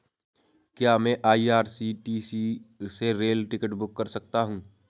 क्या मैं आई.आर.सी.टी.सी से रेल टिकट बुक कर सकता हूँ?